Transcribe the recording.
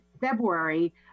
February